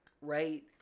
right